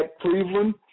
Cleveland